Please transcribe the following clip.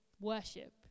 worship